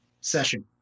session